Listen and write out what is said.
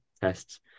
tests